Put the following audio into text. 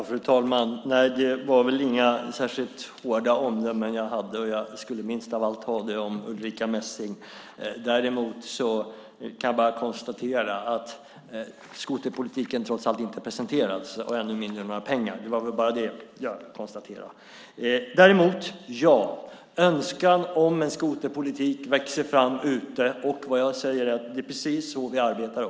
Fru talman! Jag hade väl inte några särskilt hårda omdömen, och jag skulle minst av allt ha det om Ulrica Messing. Jag kan bara konstatera att skoterpolitiken trots allt inte har presenterats, än mindre några pengar. Det var bara det jag konstaterade. Önskan om en skoterpolitik växer fram. Det är precis så vi arbetar.